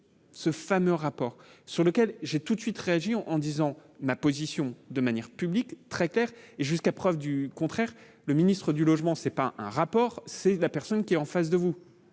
ce fameux rapport sur lequel j'ai tout de suite réagi en disant ma position de manière publique, très claire et jusqu'à preuve du contraire, le ministre du Logement, ce n'est pas un rapport, c'est la personne qui est en face de vous,